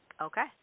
Okay